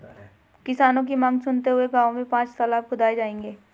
किसानों की मांग सुनते हुए गांव में पांच तलाब खुदाऐ जाएंगे